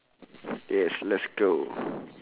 yes let's go